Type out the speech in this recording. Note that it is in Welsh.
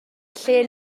lle